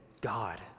God